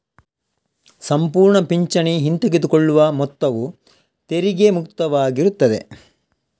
ಸಂಪೂರ್ಣ ಪಿಂಚಣಿ ಹಿಂತೆಗೆದುಕೊಳ್ಳುವ ಮೊತ್ತವು ತೆರಿಗೆ ಮುಕ್ತವಾಗಿರುತ್ತದೆ